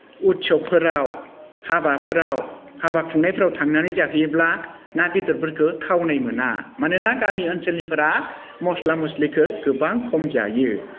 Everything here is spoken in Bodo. उत्सबफोराव हाबाफोराव हाबा खुंनायफोराव थांनानै जाहैयोब्ला ना बेदरफोरखौ थावनाय मोना मानोना गामि ओनसोलनिफोरा मस्ला मस्लिखौ गोबां खम जायो